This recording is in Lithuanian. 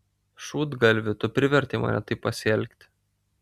šūdgalvi tu privertei mane taip pasielgti